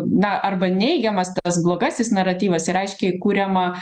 na arba neigiamas tas blogasis naratyvas yra aiškiai kuriama